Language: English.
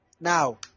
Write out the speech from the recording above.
Now